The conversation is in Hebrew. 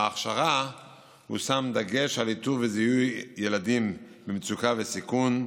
בהכשרה הושם דגש על איתור וזיהוי ילדים במצוקה וסיכון,